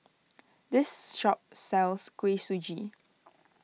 this shop sells Kuih Suji